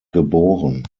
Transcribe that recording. geboren